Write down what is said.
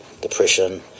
depression